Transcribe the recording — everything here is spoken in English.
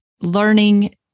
learning